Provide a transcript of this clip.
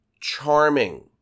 charming